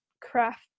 craft